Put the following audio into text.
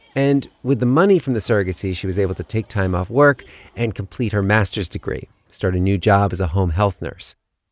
and with the money from the surrogacy, she was able to take time off work and complete her master's degree, start a new job as a home health nurse.